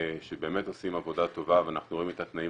שבאמת עושים עבודה טובה ואנחנו רואים את התנאים